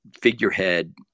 figurehead